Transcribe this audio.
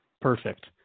Perfect